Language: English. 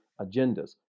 agendas